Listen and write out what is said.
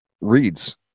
reads